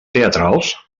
teatrals